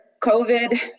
COVID